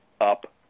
up